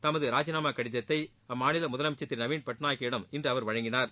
தனது ராஜினாமா கடிதத்தை அம்மாநில முதலமைச்சர் திரு நவீன் பட்நாயக்கிடம் இன்று அவர் வழங்கினார்